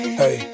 hey